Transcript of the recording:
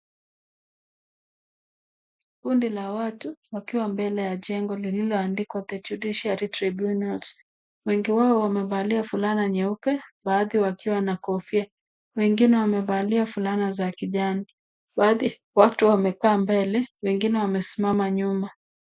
Kundi la watu wakiwa mbele ya jengo lililoandikwa the Judiciary Tribunals ,wengi wao wamevalia fulana nyeupe baadhi wakiwa na kofia, wengine wamevalia fulana za kijani ,watu wamekaa mbele wengine wamesimama nyuma .